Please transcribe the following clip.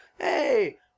Hey